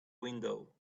window